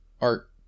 art